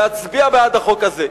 להצביע בעד החוק הזה.